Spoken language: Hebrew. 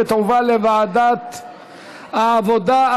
ותועבר לוועדת העבודה,